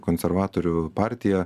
konservatorių partija